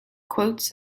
quotes